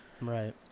Right